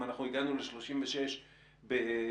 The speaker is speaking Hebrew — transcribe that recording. אם אנחנו הגענו ל-36% בזה.